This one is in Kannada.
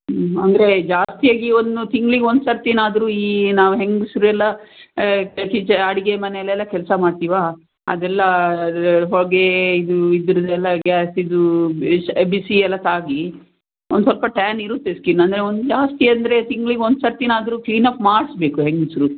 ಅಂದರೆ ಜಾಸ್ತಿಯಾಗಿ ಒಂದು ತಿಂಗಳಿಗೆ ಒಂದ್ಸರ್ತಿನಾದರೂ ಈ ನಾವು ಹೆಂಗಸರೆಲ್ಲ ಕಿಚ ಅಡಿಗೆ ಮನೆಯಲ್ಲೆಲ್ಲ ಕೆಲಸ ಮಾಡ್ತೀವಾ ಅದೆಲ್ಲ ಹೊಗೆ ಇದು ಇದರದ್ದೆಲ್ಲ ಗ್ಯಾಸಿದು ಬಿಸಿಯೆಲ್ಲ ತಾಗಿ ಒಂದು ಸ್ವಲ್ಪ ಟ್ಯಾನ್ ಇರುತ್ತೆ ಸ್ಕಿನ್ ಅಂದರೆ ಒಂದು ಜಾಸ್ತಿ ಅಂದರೆ ತಿಂಗಳಿಗೆ ಒಂದ್ಸರ್ತಿನಾದರೂ ಕ್ಲೀನಪ್ ಮಾಡಿಸಬೇಕು ಹೆಂಗಸರು